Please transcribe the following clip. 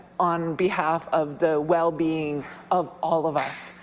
on behalf of the well-being of all of us.